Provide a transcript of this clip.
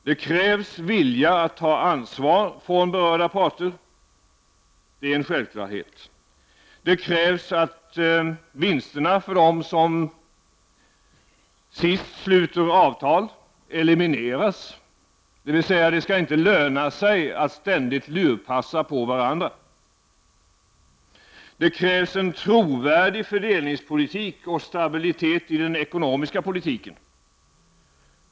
Det krävs vilja att ta ansvar från berörda parter, det är en självklarhet. Det krävs att vinsterna för dem som sist sluter avtal eliminieras, dvs. det skall inte löna sig att ständigt lurpassa på varandra. Det krävs en trovärdig fördelningspolitik och stabilitet i den ekonomiska politiken.